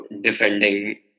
defending